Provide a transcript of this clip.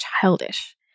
childish